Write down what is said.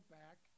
back